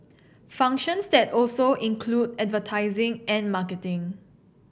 functions that also include advertising and marketing